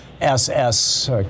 SS